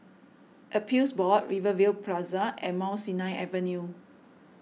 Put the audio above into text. Appeals Board Rivervale Plaza and Mount Sinai Avenue